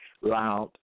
Loud